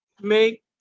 make